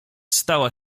stała